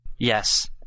Yes